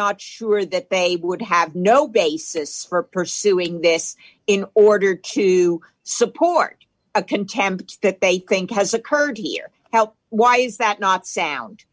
not sure that they would have no basis for pursuing this in order to support a contempt that they think has occurred here help why is that not sound